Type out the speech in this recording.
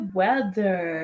weather